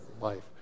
life